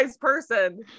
person